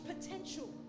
potential